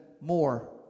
more